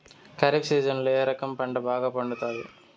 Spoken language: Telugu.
ఖరీఫ్ సీజన్లలో ఏ రకం పంట బాగా పండుతుంది